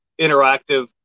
interactive